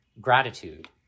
gratitude